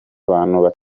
batandukanye